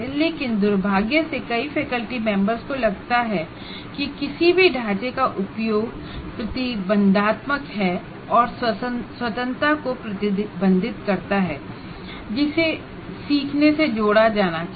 लेकिन दुर्भाग्य से कई फैकल्टी मेंबर्स को लगता है कि किसी भी फ्रेमवर्क का उपयोग प्रतिबंधात्मक है और स्वतंत्रता को प्रतिबंधित करता है जिसे सीखने से जोड़ा जाना चाहिए